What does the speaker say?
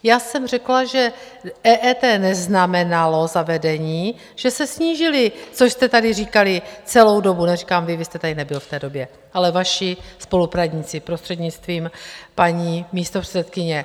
Já jsem řekla, že EET neznamenalo zavedení, že se snížily, což jste tady říkali celou dobu neříkám vy, vy jste tady nebyl v té době, ale vaši spolustraníci, prostřednictvím paní místopředsedkyně.